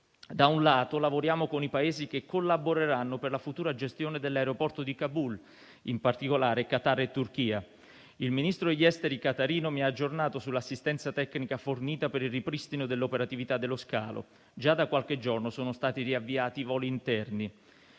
da un lato lavoriamo con i Paesi che collaboreranno per la futura gestione dell'aeroporto di Kabul, in particolare Qatar e Turchia; il Ministro degli esteri qatarino mi ha aggiornato sulla assistenza tecnica fornita per il ripristino dell'operatività dello scalo; già da qualche giorno sono stati riavviati i voli interni.